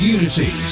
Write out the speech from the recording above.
Unity